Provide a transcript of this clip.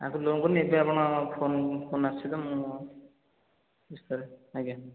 ଆଗରୁ ଲୋନ୍ କରିନି ଏବେ ଆପଣ ଫୋନ୍ ଫୋନ୍ ଆସିଛି ତ ମୁଁ ଆଜ୍ଞା